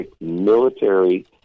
military